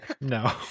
No